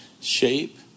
shape